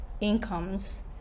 incomes